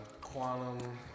quantum